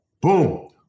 Boom